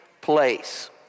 place